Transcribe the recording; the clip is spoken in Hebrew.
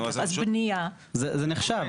זה נחשב.